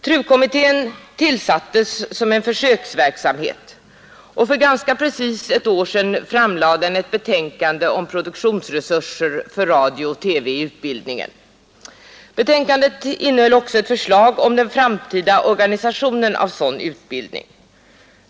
TRU-kommittén tillsattes som en försöksverksamhet, och för ganska precis ett år sedan framlade den ett betänkande om produktionsresurser för radio och TV i utbildningen. Betänkandet innehöll också ett förslag om den framtida organisationen av sådan utbildning.